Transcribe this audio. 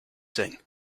sing